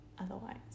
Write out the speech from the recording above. otherwise